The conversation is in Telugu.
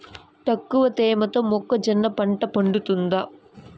తక్కువ తేమతో మొక్కజొన్న పంట పండుతుందా?